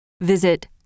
visit